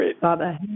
Father